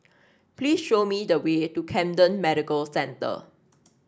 please show me the way to Camden Medical Centre